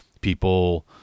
people